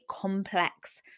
complex